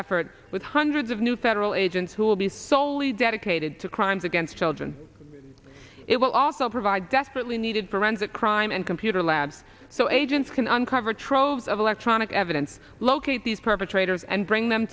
effort with hundreds of new federal agents who will be slowly dedicated to crimes against children it will also provide desperately needed forensic crime and computer labs so agents can uncover troves of electronic evidence locate these perpetrators and bring them